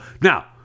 Now